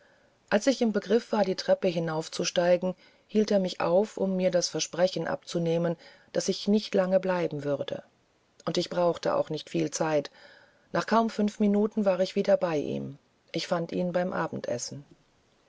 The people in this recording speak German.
als ich im begriff war die treppe hinaufzusteigen hielt er mich auf um mir das versprechen abzunehmen daß ich nicht lange bleiben würde und ich brauchte auch nicht viel zeit nach kaum fünf minuten war ich wieder bei ihm ich fand ihn beim abendessen